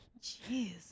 Jeez